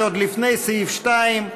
זה עוד לפני סעיף 2,